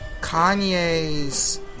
Kanye's